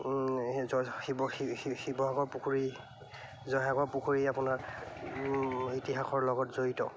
জয় শিৱ শিৱসাগৰ পুখুৰী জয়সাগৰ পুখুৰী আপোনাৰ ইতিহাসৰ লগত জড়িত